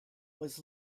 was